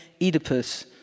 Oedipus